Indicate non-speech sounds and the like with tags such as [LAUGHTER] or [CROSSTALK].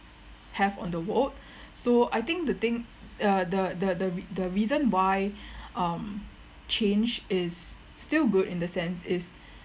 have on the world so I think the thing uh the the the the reason why [BREATH] um change is still good in the sense is